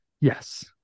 Yes